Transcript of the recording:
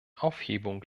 aufhebung